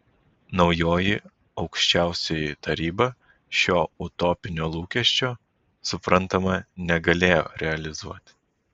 naujoji aukščiausioji taryba šio utopinio lūkesčio suprantama negalėjo realizuoti